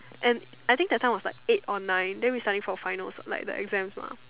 and I think that time was like eight or nine then we studying for final like the exams mah